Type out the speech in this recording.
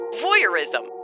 voyeurism